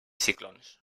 ciclons